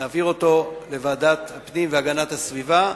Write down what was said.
ונעביר אותו לוועדת הפנים והגנת הסביבה,